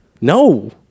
No